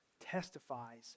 testifies